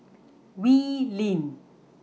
Wee Lin